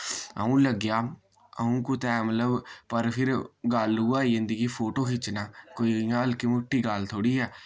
अऊं लग्गेआ अऊं कुतै मतलब पर फिर गल्ल उऐ आई जन्दी कि फोटो खिच्चना कोई इय्यां हल्की मोटी गल्ल थोह्ड़ी ऐ